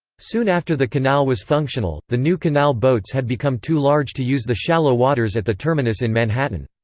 soon after the canal was functional, the new canal boats had become too large to use the shallow waters at the terminus in manhattan.